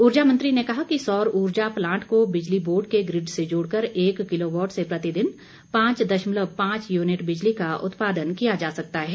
उर्जा मंत्री ने कहा कि सौर उर्जा प्लांट को बिजली बोर्ड के ग्रिड से जोड़कर एक किलोवॉट से प्रतिदिन पांच दशमलव पांच यूनिट बिजली का उत्पादन किया जा सकता है